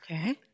Okay